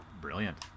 brilliant